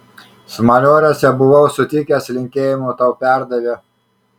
smalioriuose buvau sutikęs linkėjimų tau perdavė